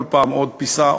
כל פעם עוד פיסה,